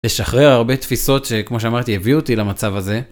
לשחרר הרבה תפיסות שכמו שאמרתי הביאו אותי למצב הזה.